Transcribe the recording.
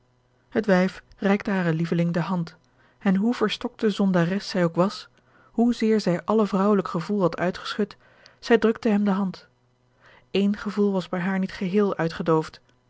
het wijf reikte haren lieveling de hand en hoe verstokte zondares zij ook was hoezeer zij alle vrouwelijk gevoel had uitgeschud zij drukte hem de hand één gevoel was bij haar niet geheel uitgedoofd